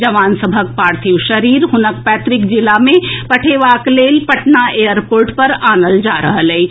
जवान सभक पार्थिव शरीर हुनक पैतुक जिला मे पठेबाक लेल पटना एयरपोर्ट पर आनल जा रहल अछि